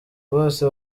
bose